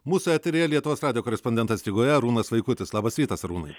mūsų eteryje lietuvos aido korespondentas rygoje arūnas vaikutis labas rytas arūnai